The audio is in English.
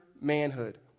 manhood